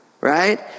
right